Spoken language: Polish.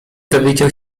dowiedział